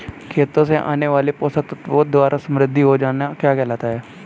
खेतों से आने वाले पोषक तत्वों द्वारा समृद्धि हो जाना क्या कहलाता है?